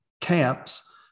camps